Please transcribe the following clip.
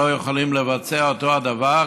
לא יכולים לבצע אותו הדבר,